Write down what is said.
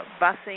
busing